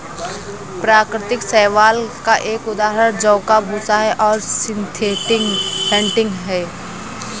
प्राकृतिक शैवाल का एक उदाहरण जौ का भूसा है और सिंथेटिक फेंटिन है